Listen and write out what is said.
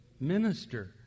minister